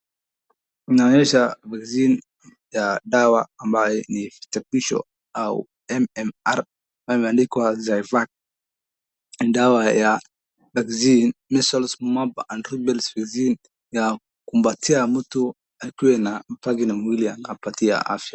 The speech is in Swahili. Inaonyesha jina ya dawa ambayo ni virutubisho au MMR ambayo imeandikwa zefac ni dawa ya vaccine, measles, mumps and rubella vaccines ya kumpatia mtu akuwe na mwili ya kumpatia afya.